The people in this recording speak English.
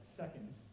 seconds